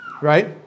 right